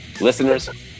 listeners